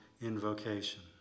invocation